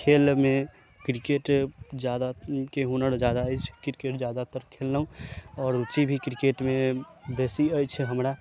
खेल मे क्रिकेट जादा हुनर के जादा अछि क्रिकेट जादातर खेललहुॅं आओर रुचि भी क्रिकेट मे बेसी अछि हमरा